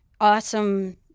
awesome